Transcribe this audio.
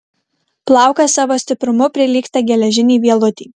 plaukas savo stiprumu prilygsta geležinei vielutei